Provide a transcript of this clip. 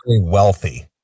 wealthy